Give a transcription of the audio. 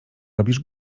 robisz